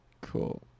cool